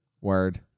Word